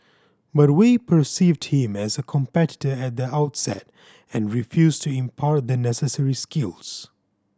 but Wei perceived him as a competitor at the outset and refused to impart the necessary skills